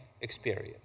experience